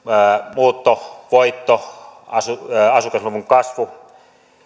muuttovoitto asukasluvun kasvu